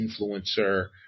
influencer